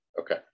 okay